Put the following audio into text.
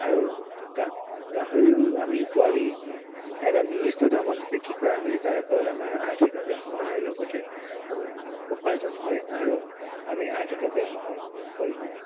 আৰু গাহৰিও আমি পোৱালি এটা নিৰ্দিষ্ট দামত বিক্ৰী কৰা হয় যাৰ ফলত আমাৰ আৰ্থিকভাৱে সহায়ৰ লগতেহু উপাৰ্জন হয় আৰু আমি আৰ্থিকভাৱে সফল হওঁ